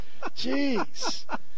Jeez